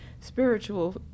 spiritual